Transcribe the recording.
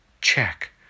check